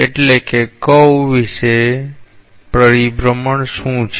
એટલે કે વક્ર વિશે પરિભ્રમણ શું છે